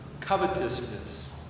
covetousness